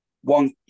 One